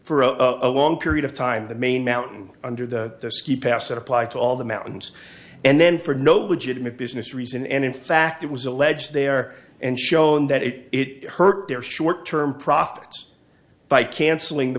for a long period of time the main mountain under the ski pass that apply to all the mountains and then for no budget no business reason and in fact it was alleged there and showing that it it hurt their short term profits by canceling the